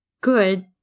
good